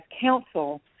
counsel